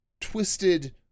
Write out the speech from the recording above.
twisted